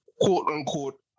quote-unquote